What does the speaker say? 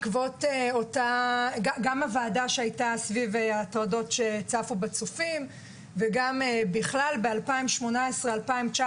גם הוועדה שהייתה סביב ההטרדות בצופים וגם בכלל ב-2018 וב-2019